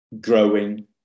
growing